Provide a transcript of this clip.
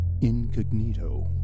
Incognito